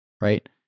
right